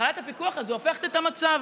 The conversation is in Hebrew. החלת הפיקוח הזה הופכת את המצב.